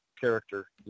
character